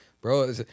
bro